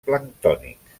planctònics